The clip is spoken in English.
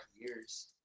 years